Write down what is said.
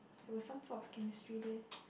there was some sort of chemistry there